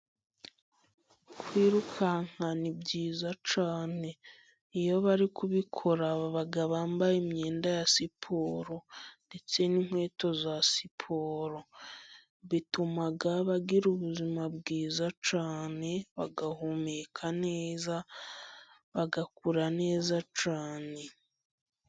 Kwirukanka ni byiza cyane iyo bari kubikora baba bambaye imyenda ya siporo ndetse n'inkweto za siporo , bituma bagira ubuzima bwiza cyane, bagahumeka neza, bagakura neza cyane.